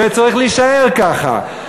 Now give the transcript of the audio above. וצריך להישאר ככה.